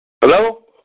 Hello